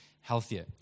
healthier